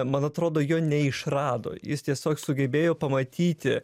man atrodo jo neišrado jis tiesiog sugebėjo pamatyti